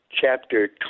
chapter